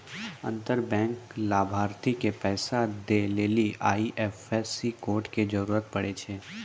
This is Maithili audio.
अंतर बैंक लाभार्थी के पैसा दै लेली आई.एफ.एस.सी कोड के जरूरत पड़ै छै